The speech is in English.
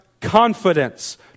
confidence